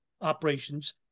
operations